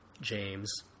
James